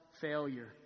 failure